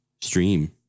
stream